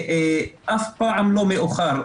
אף פעם לא מאוחר.